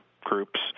groups